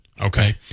okay